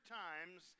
times